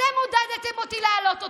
אתם עודדתם אותי להעלות אותם.